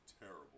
terrible